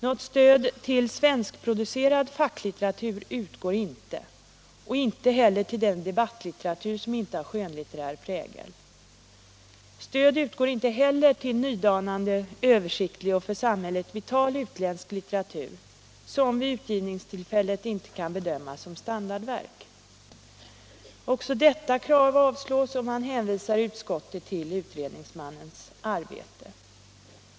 Något stöd utgår inte till svenskproducerad facklitteratur och debattlitteratur som inte har skönlitterär prägel. Stöd utgår inte heller till nydanande översiktlig och för samhället vital utländsk litteratur, som vid utgivningstillfället inte kan bedömas som standardverk. Också detta krav avstyrks, och man hänvisar i utskottet till utredningsmannens arbete.